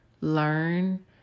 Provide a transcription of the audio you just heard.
learn